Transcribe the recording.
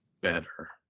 better